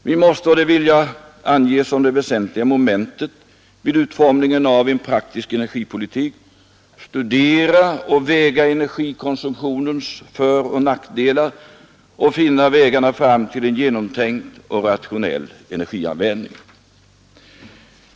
Vi måste, och det vill jag ange som det väsentliga momentet vid utformningen av en praktisk energipolitik, studera och väga energikonsumtionens föroch nackdelar och finna vägarna fram till en genomtänkt och rationell energianvändning.